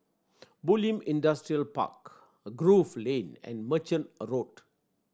Bulim Industrial Park Grove Lane and Merchant a Road